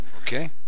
Okay